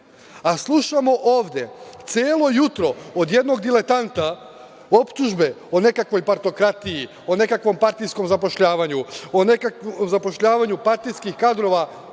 Slušamo ovde celo jutro od jednog diletanta optužbe o nekakvoj partokratiji, o nekakvom partijskom zapošljavanju, o zapošljavanju partijskih kadrova